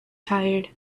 tired